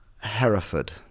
hereford